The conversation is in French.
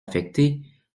affectées